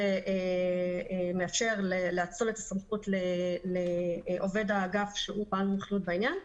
זה מאפשר לאצול את הסמכות לעובד האגף שהוא בעל מומחיות בעניין,